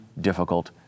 difficult